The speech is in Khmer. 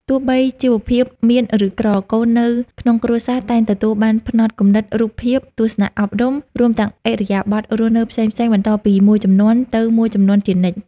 ទោះបីជីវភាពមានឬក្រ កូននៅក្នុងគ្រួសារតែងទទួលបានផ្នត់គំនិត រូបភាព ទស្សនៈអប់រំ រួមទាំងឥរិយាបថរស់នៅផ្សេងៗបន្តពីមួយជំនាន់ទៅមួយជំនាន់ជានិច្ច។